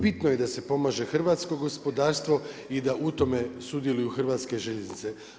Bitno je da se pomaže hrvatsko gospodarstvo i da u tome sudjeluju Hrvatske željeznice.